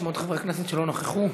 בשמות חברי הכנסת שלא נכחו.